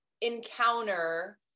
encounter